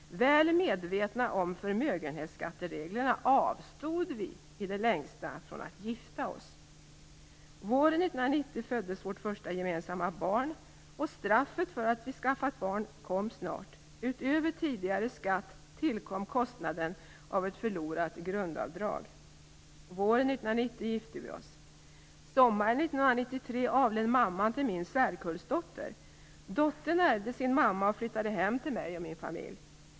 Väl medvetna om förmögenhetsskattereglerna avstod vi i det längsta från att gifta oss. Våren 1990 föddes vårt första gemensamma barn, och straffet för att vi hade skaffat barn kom snart. Utöver tidigare skatt tillkom kostnaden av ett förlorat grundavdrag. Våren 1990 gifte vi oss. Sommaren 1993 avled mamman till min särkullsdotter. Dottern ärvde sin mamma och flyttade hem till mig och min familj.